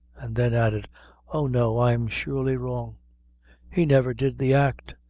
and then added oh! no i'm surely wrong he never did the act.